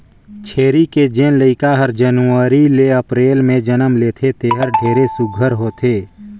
छेरी के जेन लइका हर जनवरी ले अपरेल में जनम लेथे तेहर ढेरे सुग्घर होथे